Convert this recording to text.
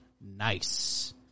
Nice